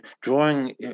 drawing